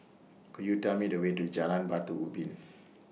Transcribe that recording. Could YOU Tell Me The Way to Jalan Batu Ubin